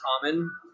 common